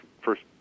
first